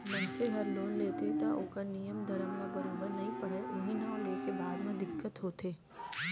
मनसे हर लोन लेथे तौ ओकर नियम धरम ल बरोबर नइ पढ़य उहीं नांव लेके बाद म दिक्कत होथे